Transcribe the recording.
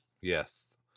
Yes